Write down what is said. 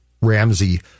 Ramsey